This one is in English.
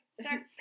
start